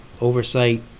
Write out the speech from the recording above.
oversight